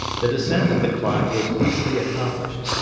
the descent of the clyde was easily accomplished,